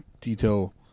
detail